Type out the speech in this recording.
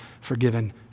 forgiven